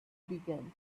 began